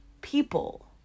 people